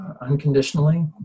unconditionally